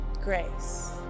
Grace